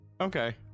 Okay